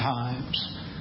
times